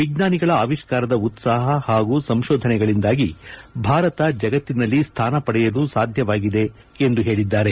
ವಿಜ್ಙಾನಿಗಳ ಆವಿಷ್ಠಾರದ ಉತ್ಸಾಪ ಹಾಗೂ ಸಂಶೋಧನೆಗಳಿಂದಾಗಿ ಭಾರತ ಜಗತ್ತಿನಲ್ಲಿ ಸ್ಲಾನಪಡೆಯಲು ಸಾಧ್ಯವಾಗಿದೆ ಎಂದು ಹೇಳಿದ್ದಾರೆ